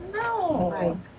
no